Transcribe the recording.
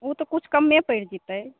ओ तऽ किछु कम्मे पड़ि जयतै